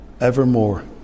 evermore